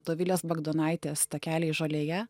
dovilės bagdonaitės takeliai žolėje